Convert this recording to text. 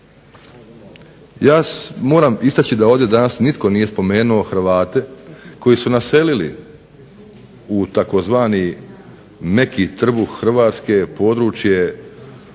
Ja moram istaći da ovdje danas nitko nije spomenuo Hrvati koji su naselili u tzv. meki trbuh Hrvatske područje Like,